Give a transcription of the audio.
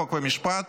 חוק ומשפט